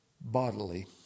bodily